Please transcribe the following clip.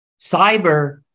cyber